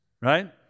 right